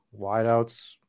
wideouts